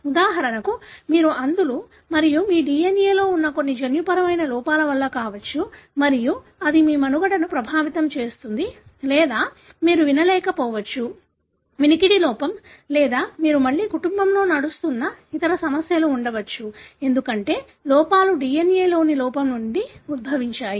ఉదాహరణకు మీరు అంధులు మరియు మీ DNA లో ఉన్న కొన్ని జన్యుపరమైన లోపాల వల్ల కావచ్చు మరియు అది మీ మనుగడను ప్రభావితం చేస్తుంది లేదా మీరు వినలేకపోవచ్చు వినికిడి లోపం లేదా మీరు మళ్ళీ కుటుంబంలో నడుస్తున్న ఇతర సమస్యలు ఉండవచ్చు ఎందుకంటే లోపాలు DNA లోని లోపం నుండి ఉద్భవించాయి